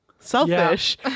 selfish